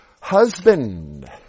husband